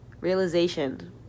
realization